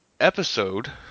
episode